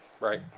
Right